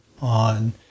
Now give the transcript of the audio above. on